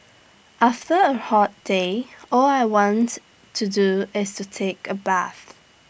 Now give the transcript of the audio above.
after A hot day all I want to do is to take A bath